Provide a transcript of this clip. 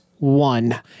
One